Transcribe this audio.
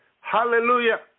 Hallelujah